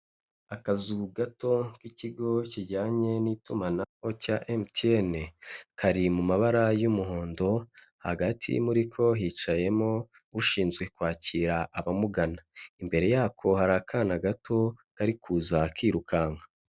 Akazu gato k'ikigo kijyanye n'itumanaho cya MTN, kari mu mabara y'umuhondo, hagati muri ko hicayemo ushinzwe kwakira abamugana. Imbere yako hari akana gato kari kuza kirukanka.